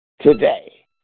today